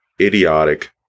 idiotic